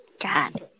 God